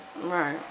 Right